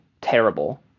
terrible